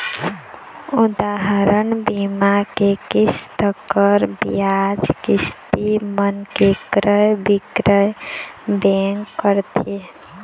उदाहरन, बीमा के किस्त, कर, बियाज, किस्ती मन के क्रय बिक्रय बेंक करथे